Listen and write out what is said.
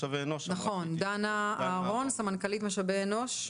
דנה אהרן, סמנכ"לית משאבי אנוש,